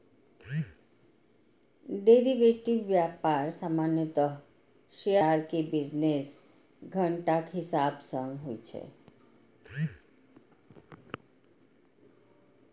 derivative व्यापार सामान्यतः share बाजार के बिजनेस घंटाक हिसाब सं होइ छै